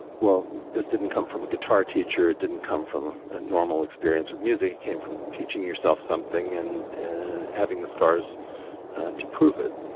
well, this didn't come from a guitar teacher. it didn't come from a normal experience with music. it came from teaching yourself something and having the scars to prove it.